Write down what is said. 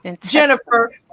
jennifer